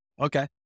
Okay